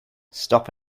stop